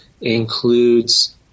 includes